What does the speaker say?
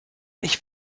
ich